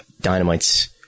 Dynamite's